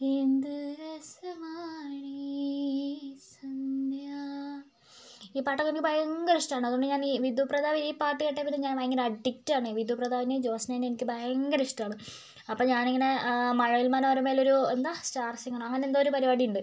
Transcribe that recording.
എന്ത് രസമാണീ സന്ധ്യ ഈ പാട്ടൊക്കെ എനിക്ക് ഭയങ്കര ഇഷ്ടമാണ് അതുകൊണ്ട് ഞാൻ വിധുപ്രതാപിൻ്റെ ഈ പാട്ട് കേട്ടതിൽ പിന്നെ ഞാൻ ഭയങ്കര അഡിക്റ്റ് ആണ് വിധുപ്രതാപിനെയും ജ്യോത്സനെയും എനിക്ക് ഭയങ്കര ഇഷ്ടമാണ് അപ്പോൾ ഞാൻ ഇങ്ങനെ മഴവിൽ മനോരമയിൽ ഒരു എന്താ സ്റ്റാർ സിംഗർ അങ്ങനെ എന്തോ ഒരു പരിപാടിയുണ്ട്